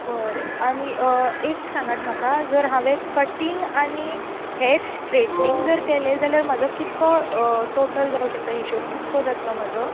बरें आनी एक सांगात म्हाका जर हांवें कटींग आनी हॅर स्ट्रेटनींग जर केलें जाल्यार म्हाजो कितको टॉटल जावंक शकता हिशोब कितको जातलो म्हजो